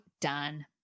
Done